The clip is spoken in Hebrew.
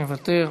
מוותר.